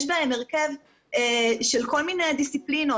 יש בהם הרכב של כל מיני דיסציפלינות,